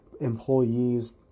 employees